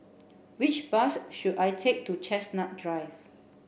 which bus should I take to Chestnut Drive